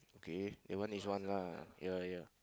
okay that one is one lah ya ya